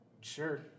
Sure